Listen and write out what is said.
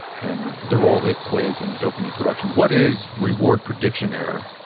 and the role it plays in dopamine production. what is reward prediction error,